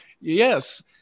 yes